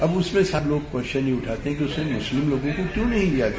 अब उसके सब लोग क्वेशचन उठाते कि उसमें मुस्लिम लोगों को क्यों नहीं लिया गया